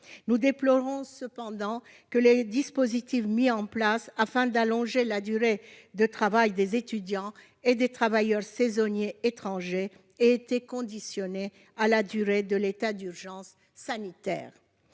nous déplorons que les dispositifs mis en place afin d'allonger la durée de travail des étudiants et des travailleurs saisonniers étrangers aient été conditionnés à la durée de l'état d'urgence sanitaire,